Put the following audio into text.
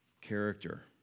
character